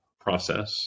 process